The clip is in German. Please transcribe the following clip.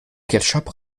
ketchup